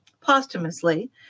posthumously